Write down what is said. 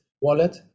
wallet